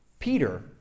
Peter